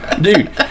dude